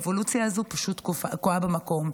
האבולוציה הזו פשוט תקועה במקום.